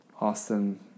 Austin